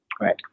right